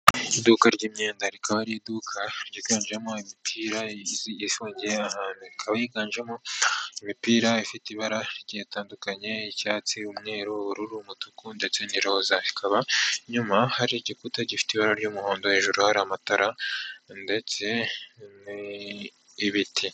Iduka r'yimyenda, rikaba ari iduka ryiganjemo imipira yifungiye ahantu. Ikaba yiganjemo imipira ifite ibara rigiye ritandukanye y'icyatsi, umweru, ubururu, n' umutuku ndetse n'iroza. Bikaba inyuma hari igikuta gifite ibara ry'umuhondo hejuru hari amatara, ndetse n'ibiti.